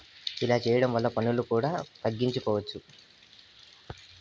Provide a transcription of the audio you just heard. ఇలా చేయడం వల్ల పన్నులు కూడా తగ్గించుకోవచ్చు